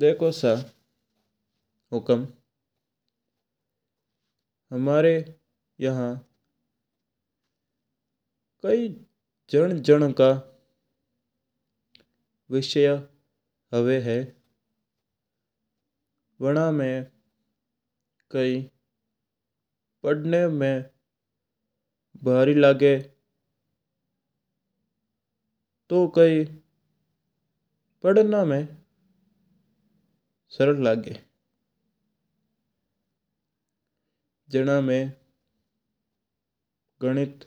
देखो सा हुकम हमरा यहा कई जण जण का विषय हूवा है। वणा मैं कई पढ़ना मैं भारी लागे तू कई पढ़ना मैं सरल लागे। जिणा मैं गणित,